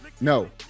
No